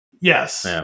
Yes